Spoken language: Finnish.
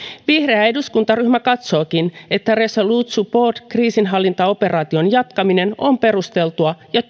vihreä eduskuntaryhmä katsookin että resolute support kriisinhallintaoperaation jatkaminen on perusteltua ja